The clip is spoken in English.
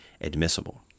admissible